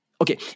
Okay